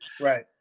Right